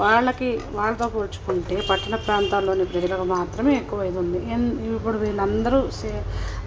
వాళ్ళకి వాళ్ళతో పోల్చుకుంటే పట్టణ ప్రాంతాల్లోని ప్రజలకు మాత్రమే ఎక్కువవుతుంది ఎంత ఇవి గూడా వీళ్ళందరూ సేమ్